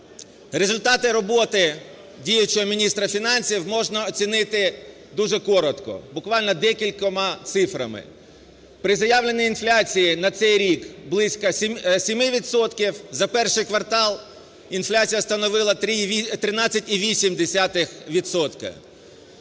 Результати роботи діючого міністра фінансів можна оцінити дуже коротко, буквально декількома цифрами. При заявленій інфляції на цей рік близько 7 відсотків за перший квартал інфляція становила 13,8